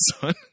son